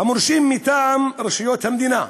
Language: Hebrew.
המורשים מטעם רשויות המדינה,